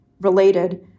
related